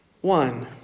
one